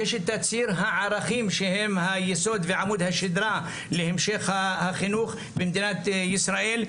יש את ציר הערכים שהם היסוד ועמוד השדרה להמשך החינוך במדינת ישראל,